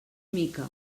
mica